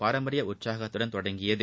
பாரம்பரிய உற்சாகத்துடன் தொடங்கியது